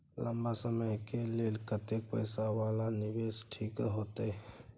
लंबा समय के लेल कतेक पैसा वाला निवेश ठीक होते?